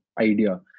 idea